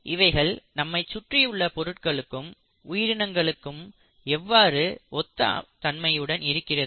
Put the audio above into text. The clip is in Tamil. இவைகள் நம்மைச் சுற்றியுள்ள பொருட்களுடனும் உயிரினங்களுடனும் எவ்வாறு ஒத்த தன்மையுடன் இருக்கின்றன